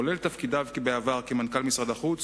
לרבות תפקידיו בעבר כמנכ"ל משרד החוץ